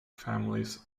families